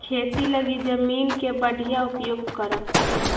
खेती लगी जमीन के बढ़ियां उपयोग करऽ